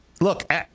look